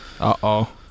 Uh-oh